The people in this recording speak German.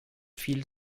viel